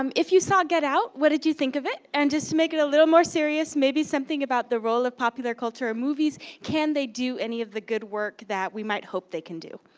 um if you saw get out, what did you think of it? and just to make it a little more serious, maybe something about the role of popular culture in movies. can they do any of the good work that we might hope they can do?